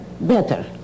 better